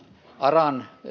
aran